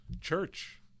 church